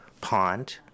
pond